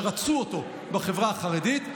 שרצו אותו בחברה החרדית,